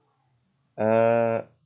uh